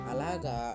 Alaga